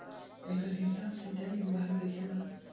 एकर हिसाब सिंचाई विभाग देखेला